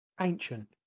ancient